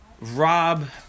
Rob